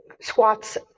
squats